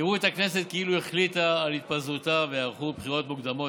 יראו את הכנסת כאילו החליטה על התפזרותה וייערכו בחירות מוקדמות".